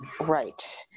Right